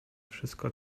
wszystko